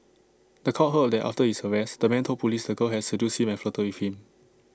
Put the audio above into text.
The Court heard that after his arrest the man told Police the girl had seduced him and flirted with him